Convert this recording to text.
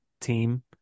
team